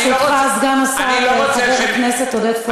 ברשותך, סגן השר, חבר הכנסת עודד פורר מבקש לשאול.